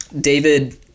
David